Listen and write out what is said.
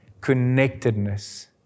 connectedness